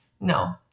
no